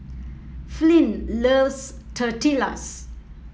Flint loves Tortillas